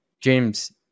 James